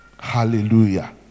Hallelujah